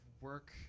work